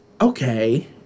okay